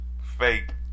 Fake